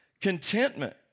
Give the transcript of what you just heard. Contentment